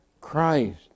Christ